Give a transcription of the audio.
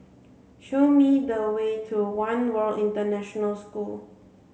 show me the way to One World International School